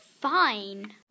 fine